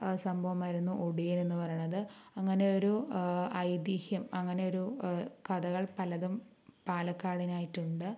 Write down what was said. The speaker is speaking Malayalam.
സംഭവമായിരുന്നു ഒടിയൻ എന്ന് പറയണത് അങ്ങനെയൊരു ഐതിഹ്യം അങ്ങനെയൊരു കഥകൾ പലതും പാലക്കാടിനായിട്ടുണ്ട്